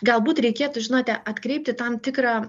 galbūt reikėtų žinote atkreipti tam tikrą